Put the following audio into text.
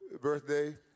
birthday